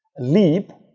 leeb,